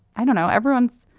i don't know everyone's.